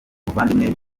muvandimwe